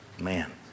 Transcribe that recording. man